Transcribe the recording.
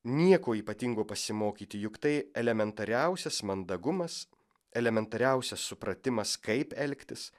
nieko ypatingo pasimokyti juk tai elementariausias mandagumas elementariausias supratimas kaip elgtis